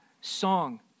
song